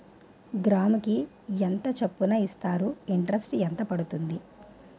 గ్రాముకి ఎంత చప్పున ఇస్తారు? ఇంటరెస్ట్ ఎంత పడుతుంది?